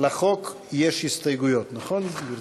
לחוק יש הסתייגויות, נכון, גברתי?